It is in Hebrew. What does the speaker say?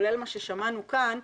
כולל מה ששמענו כאן,